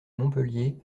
montpellier